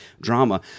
drama